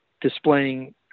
displaying